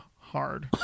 hard